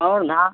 और धा